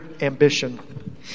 ambition